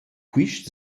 quist